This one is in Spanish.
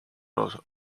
nos